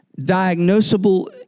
diagnosable